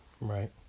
Right